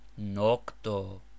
Nocto